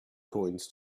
coins